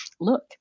look